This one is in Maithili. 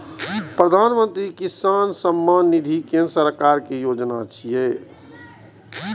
प्रधानमंत्री किसान सम्मान निधि केंद्र सरकारक योजना छियै